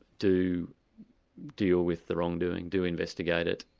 do deal with the wrongdoing, do investigate it,